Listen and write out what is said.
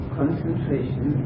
concentration